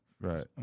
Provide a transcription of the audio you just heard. Right